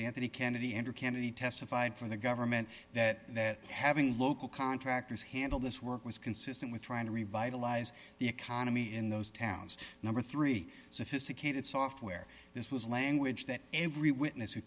anthony kennedy andrew can and he testified for the government that having local contractors handle this work was consistent with trying to revitalize the economy in those towns number three sophisticated software this was language that every witness who